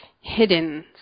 hidden